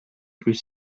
plus